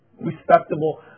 Respectable